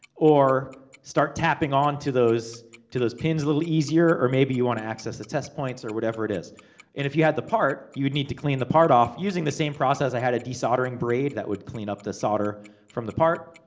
or start tapping on to those to those pins a little easier. or, maybe you want to access a test points, or whatever it is. and if you had the part, you would need to clean the part off, using the same process. i had a de-soldering braid, that would clean up the solder from the part.